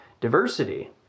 diversity